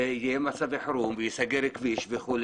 יהיו מצבי חירום והכביש ייסגר.